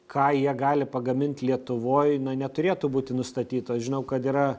ką jie gali pagamint lietuvoj neturėtų būti nustatytos žinau kad yra